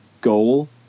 goal